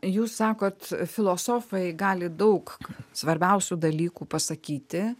jūs sakot filosofai gali daug svarbiausių dalykų pasakyti